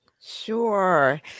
Sure